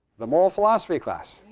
the moral philosophy class.